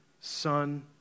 Son